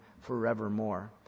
forevermore